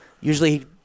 usually